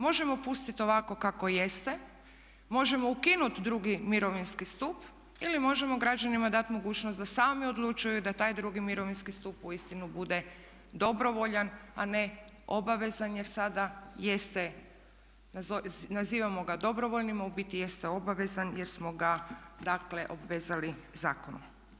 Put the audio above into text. Možemo pustiti ovako kako jeste, možemo ukinuti drugi mirovinski stup ili možemo građanima dati mogućnost da sami odlučuju da taj drugi mirovinski stup uistinu bude dobrovoljan a ne obavezan jer sada jeste, nazivamo ga dobrovoljnim a u biti jeste obavezan jer smo ga dakle obvezali zakonom.